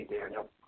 Daniel